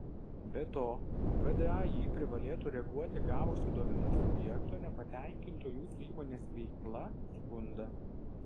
be to vdai privalėtų reaguoti gavusi duomenų subjekto nepatenkinto jūsų įmonės veikla skundą